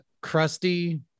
crusty